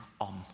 on